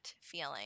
feeling